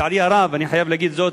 לצערי הרב, אני חייב להגיד זאת